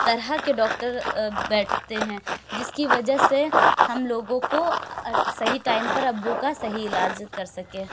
طرح کے ڈاکٹر بیٹھتے ہیں جس کی وجہ سے ہم لوگو کو صحیح ٹائم پر ابو کا صحیح علاج کر سکے